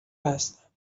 هستم